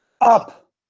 Up